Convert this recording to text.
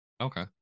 Okay